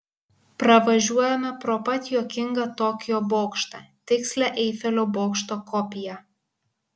pravažiuojame pro pat juokingą tokijo bokštą tikslią eifelio bokšto kopiją